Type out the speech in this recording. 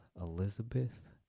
Elizabeth